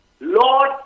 Lord